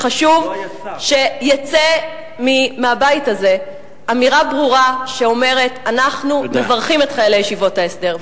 חשוב שתצא מהבית הזה אמירה ברורה: אנחנו מברכים את חיילי ישיבות ההסדר.